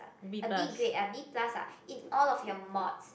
a B grade a B plus ah in all of your mods